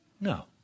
No